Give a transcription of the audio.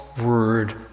word